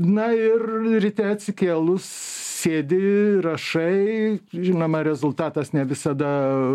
na ir ryte atsikėlus sėdi rašai žinoma rezultatas ne visada